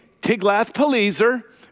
Tiglath-Pileser